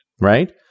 Right